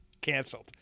Canceled